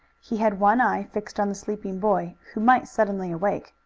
he had one eye fixed on the sleeping boy, who might suddenly awake.